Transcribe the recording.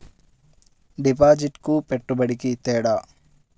డిపాజిట్కి పెట్టుబడికి తేడా?